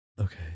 Okay